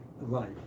life